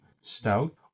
stout